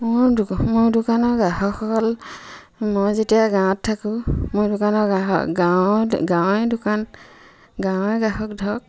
মোৰ দো মোৰ দোকানৰ গ্ৰাহকসকল মই যেতিয়া গাঁৱত থাকোঁ মোৰ দোকানৰ গ্ৰাহক গাঁৱৰ গাঁৱৰে দোকান গাঁৱৰে গ্ৰাহক ধৰক